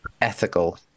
ethical